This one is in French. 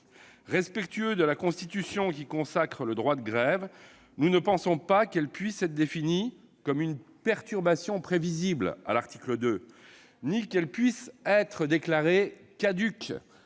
Respectueux de la Constitution qui consacre la grève comme un droit, nous ne pensons pas que cette dernière puisse être définie comme une perturbation prévisible- article 2 -ni qu'elle puisse être déclarée caduque-